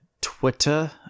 Twitter